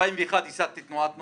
ב-2001 ייסדתי תנועת נוער,